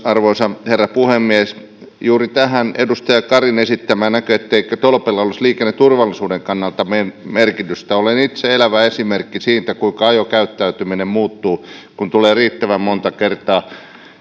arvoisa herra puhemies juuri tähän edustaja karin esittämään etteikö tolpilla olisi liikenneturvallisuuden kannalta merkitystä olen itse elävä esimerkki siitä kuinka ajokäyttäytyminen muuttuu kun tulee riittävän monta kertaa